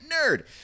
nerd